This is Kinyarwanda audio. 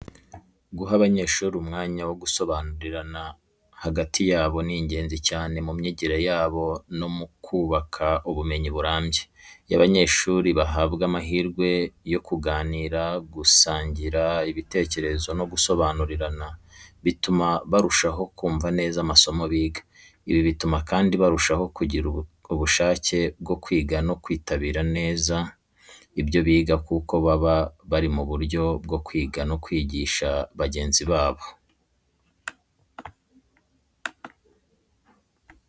Guha abanyeshuri umwanya wo gusobanurirana hagati yabo ni ingenzi cyane mu myigire yabo no mu kubaka ubumenyi burambye. Iyo abanyeshuri bahabwa amahirwe yo kuganira, gusangira ibitekerezo no gusobanurirana, bituma barushaho kumva neza amasomo biga. Ibi bituma kandi barushaho kugira ubushake bwo kwiga no kwitabira neza ibyo biga kuko baba bari mu buryo bwo kwigira no kwigisha bagenzi babo.